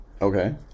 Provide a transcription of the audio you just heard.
Okay